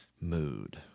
mood